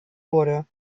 wurde